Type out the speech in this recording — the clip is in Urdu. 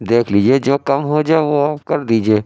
دیکھ لیجے جو کم ہو جائے وہ آپ کر دیجیے